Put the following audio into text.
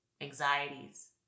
Anxieties